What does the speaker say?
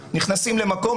נכנסים לאיזה מקום,